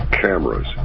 cameras